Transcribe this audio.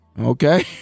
okay